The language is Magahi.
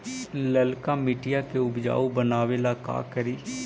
लालका मिट्टियां के उपजाऊ बनावे ला का करी?